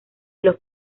los